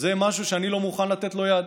זה משהו שאני לא מוכן לתת לו יד.